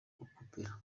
gukopera